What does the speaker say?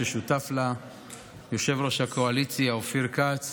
ששותף לה יושב-ראש הקואליציה אופיר כץ.